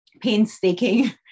painstaking